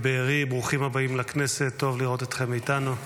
ברוכים הבאים לכנסת, טוב לראות אתכם אתנו.